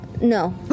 No